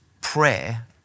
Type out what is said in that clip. prayer